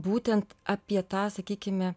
būtent apie tą sakykime